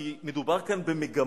כי מדובר כאן במגמה,